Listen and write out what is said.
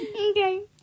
Okay